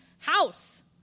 house